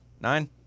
Nine